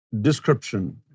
description